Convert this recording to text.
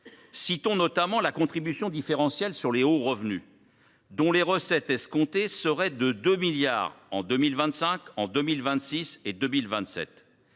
Citons notamment la contribution différentielle sur les hauts revenus (CDHR), dont les recettes escomptées seraient de 2 milliards d’euros en 2025, en 2026 et en 2027,